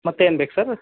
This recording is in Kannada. ಮತ್ತೇನು ಬೇಕು ಸರ್